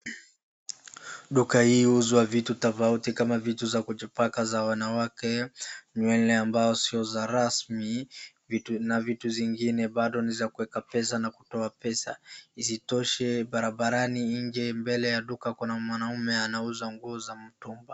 Duka hii huuzwa vitu tofauti kama vitu za kujipaka za wanawake, nywele ambao sio za rasmi na vitu zingine bado ni za kuweka na kutoa pesa. Isitoshe barabarani nje mbele ya duka kuna mwanaume anauza nguo za mtumba.